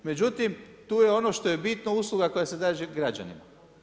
Međutim, tu je ono što bitno usluga koja se daje građanima.